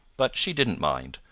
but she didn't mind,